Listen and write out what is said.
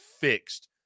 fixed